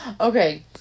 Okay